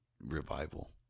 revival